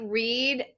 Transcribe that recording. read